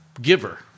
giver